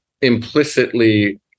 implicitly